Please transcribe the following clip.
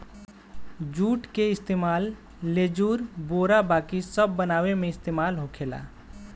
जुट के इस्तेमाल लेजुर, बोरा बाकी सब बनावे मे इस्तेमाल होखेला